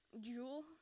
jewel